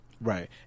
Right